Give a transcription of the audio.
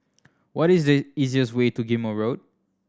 what is the easiest way to Ghim Moh Road